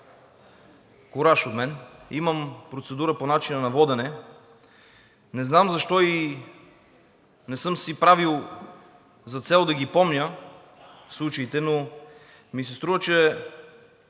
Кураж от мен! Имам процедура по начина на водене. Не знам защо и не съм си поставял за цел да ги помня случаите, но ми се струва, че